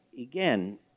again